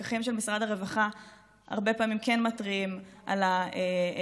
הפקחים של משרד הרווחה הרבה פעמים כן מתריעים על הביקור